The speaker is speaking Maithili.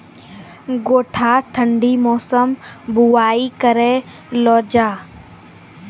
गोटा ठंडी मौसम बुवाई करऽ लो जा?